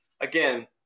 again